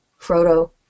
Frodo